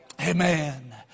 Amen